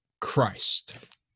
Christ